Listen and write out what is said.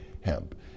hemp